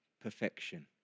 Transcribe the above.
perfection